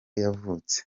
yavutse